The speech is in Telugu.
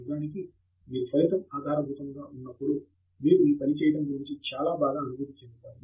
నిజానికి మీరు ఫలితం ఆధారభూతముగా ఉన్నప్పుడు మీరు మీ పని చేయడం గురించి కూడా చాలా బాగా అనుభూతి చెందుతారు